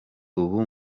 ubu